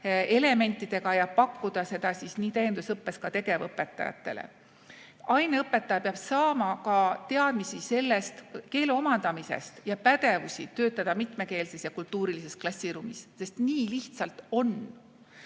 elementidega ning pakkuda seda täiendusõppes ka tegevõpetajatele. Aineõpetaja peab saama ka teadmisi keele omandamisest ja pädevusi, et töötada mitmekeelses ja ‑kultuurilises klassiruumis. Sest nii lihtsalt on.Me